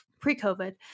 pre-COVID